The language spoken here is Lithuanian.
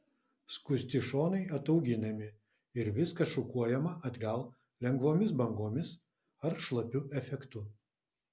skusti šonai atauginami ir viskas šukuojama atgal lengvomis bangomis ar šlapiu efektu